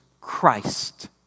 Christ